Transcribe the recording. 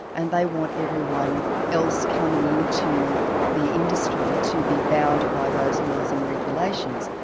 and they want everyone else coming in to the industry to be bound by those laws and regulations,